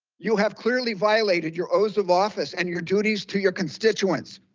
you have clearly violated your oath of office and your duties to your constituents,